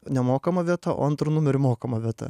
nemokama vieta o antru numeriu mokama vieta